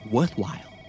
Worthwhile